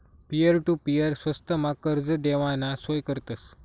peer to peer स्वस्तमा कर्ज देवाना सोय करतस